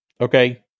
Okay